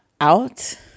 out